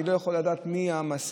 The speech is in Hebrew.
אני לא יכול לדעת מי המסיע.